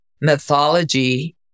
mythology